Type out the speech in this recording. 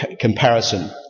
comparison